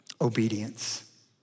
Obedience